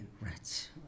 Rats